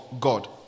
God